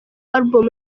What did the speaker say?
album